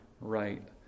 right